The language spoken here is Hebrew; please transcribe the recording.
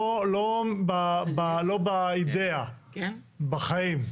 לא באידאה, בחיים.